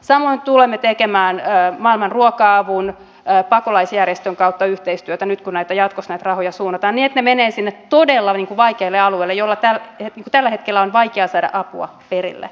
samoin tulemme tekemään maailman ruoka avun kanssa eli teemme pakolaisjärjestön kautta yhteistyötä nyt kun jatkossa näitä rahoja suunnataan niin että ne menevät sinne todella vaikeille alueille joihin tällä hetkellä on vaikea saada apua perille